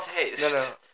taste